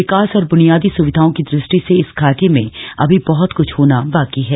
विकास और ब्नियादी स्विधाओं की दृष्टि से इस घाटी में अभी बहत क्छ होना बाकी है